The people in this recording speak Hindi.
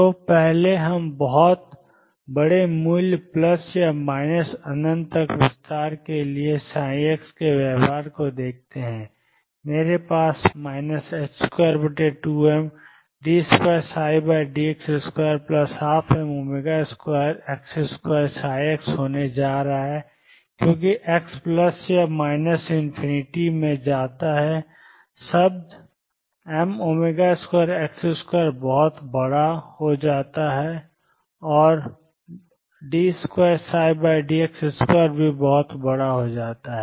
तो पहले हम बहुत बड़े मूल्य प्लस या माइनस अनंत तक विस्तार के लिए साई एक्स के व्यवहार को देखते हैं मेरे पास 22md2dx2 12m2x2x होने जा रहा है क्योंकि x प्लस या माइनस इनफिनिटी में जाता है शब्द m2x2बहुत बड़ा हो जाता है और d2dx2 भी बहुत बड़ा हो सकता है